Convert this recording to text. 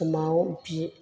समाव